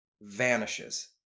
vanishes